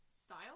Style